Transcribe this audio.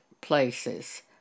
places